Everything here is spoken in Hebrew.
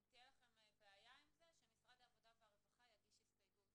אם תהיה לכם בעיה עם זה שמשרד העבודה והרווחה יגיש הסתייגות